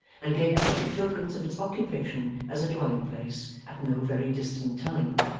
and gave evident tokens of its occupation as a dwelling-place at no very distant time.